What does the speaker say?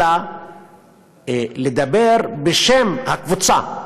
אלא לדבר בשם הקבוצה,